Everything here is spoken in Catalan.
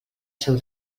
seu